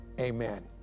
Amen